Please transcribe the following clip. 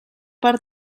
per